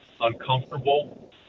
uncomfortable